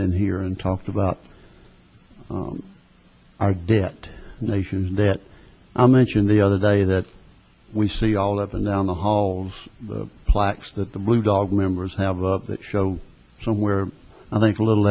been here and talked about on our debt nation that i mentioned the other day that we see all of them down the halls plaques that the blue dog members have of that show somewhere i think a little